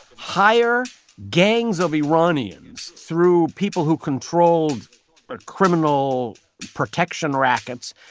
hire gangs of iranians through people who controlled ah criminal protection rackets,